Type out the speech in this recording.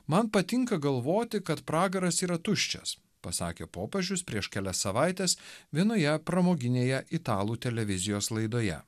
man patinka galvoti kad pragaras yra tuščias pasakė popiežius prieš kelias savaites vienoje pramoginėje italų televizijos laidoje